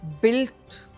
built